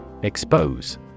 Expose